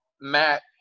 Matt